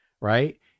right